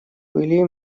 пыли